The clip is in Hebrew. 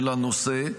הנושא.